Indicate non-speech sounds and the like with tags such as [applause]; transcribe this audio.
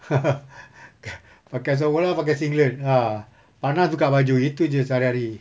[laughs] pakai seluar bola pakai singlet ah panas buka baju itu jer sehari hari